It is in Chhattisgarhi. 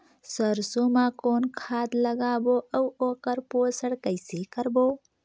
सरसो मा कौन खाद लगाबो अउ ओकर पोषण कइसे करबो?